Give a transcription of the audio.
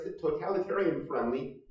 totalitarian-friendly